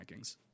rankings